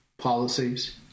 Policies